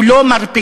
הוא לא מרפקן